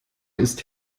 ist